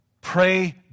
Pray